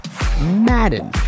Madden